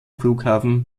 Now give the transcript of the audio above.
flughafen